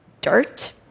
dirt